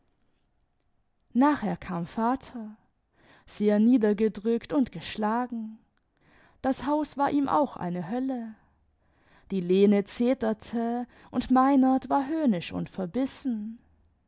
nachher kam vater sehr niedergedrückt und geschlagen das haus war ihm auch eine hölle die lene zeterte imd meinert war höhnisch und verbissen